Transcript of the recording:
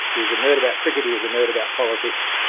he was a nerd about cricket, he was a nerd about politics,